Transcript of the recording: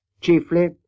chiefly